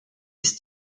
ist